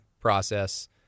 process